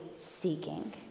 seeking